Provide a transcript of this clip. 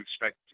expect